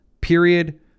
Period